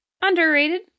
Underrated